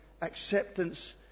acceptance